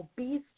obese